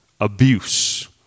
abuse